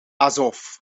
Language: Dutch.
azov